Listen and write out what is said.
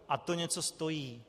A to něco stojí.